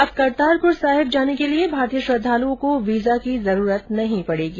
अब करतारपुर साहिब जाने के लिए भारतीय श्रद्वालुओं को वीजा की जरूरत नहीं पडेगी